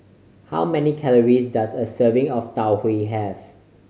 how many calories does a serving of Tau Huay have